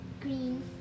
green